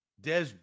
Des